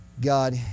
God